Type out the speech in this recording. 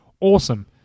Awesome